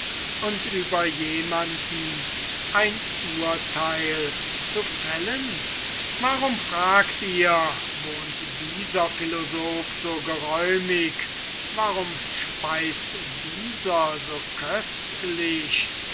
und über jemanden ein urtheil zu fällen warum wohnt dieser philosoph so geräumig warum speist dieser so köstlich